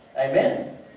Amen